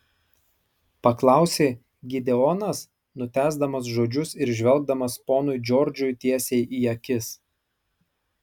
paklausė gideonas nutęsdamas žodžius ir žvelgdamas ponui džordžui tiesiai į akis